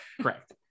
Correct